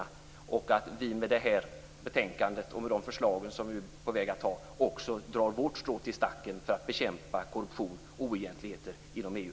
I och med de förslag vi skall anta drar vi vårt strå till stacken för att bekämpa korruption och oegentligheter inom EU.